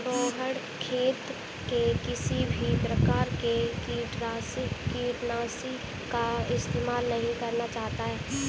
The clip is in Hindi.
रोहण खेत में किसी भी प्रकार के कीटनाशी का इस्तेमाल नहीं करना चाहता है